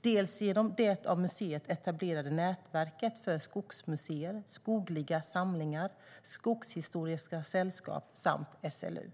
dels genom det av museet etablerade nätverket för skogsmuseer, skogliga samlingar, skogshistoriska sällskap samt SLU.